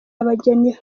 abageni